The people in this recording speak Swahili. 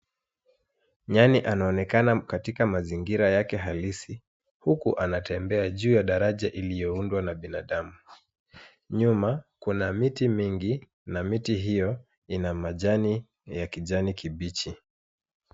Nyani anaonekana katika mazingira yake halisi huku anatembea juu ya daraja iliyoundwa na binadamu. Nyuma, kuna miti mingi na miti hiyo ina majani ya kijani kibichi.